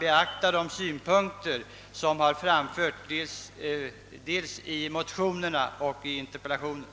beaktar de synpunkter som framförts dels i motionerna och dels i interpellationen.